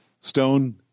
Stone